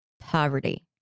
Poverty